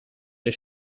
der